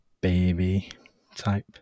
baby-type